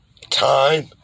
time